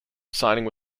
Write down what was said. signing